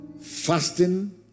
fasting